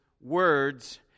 words